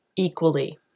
equally